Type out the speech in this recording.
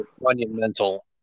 monumental